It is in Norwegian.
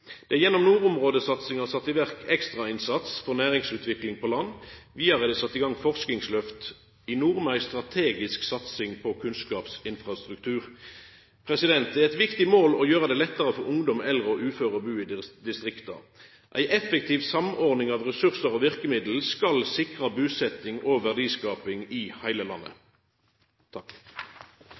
Det er gjennom nordområdesatsinga sett i verk ekstrainnsats for næringsutvikling på land. Vidare er det sett i gang forskingslyft i nord, med ei strategisk satsing på kunnskapsinfrastruktur. Det er eit viktig mål å gjera det lettare for ungdom, eldre og uføre å bu i distrikta. Ei effektiv samordning av ressursar og verkemiddel skal sikra busetjing og verdiskaping i heile landet.